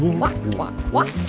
walk, and walk, walk,